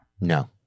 No